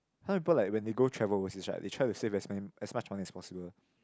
some people like when they go travel overseas right they try to save as man~ as much money as possible